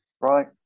right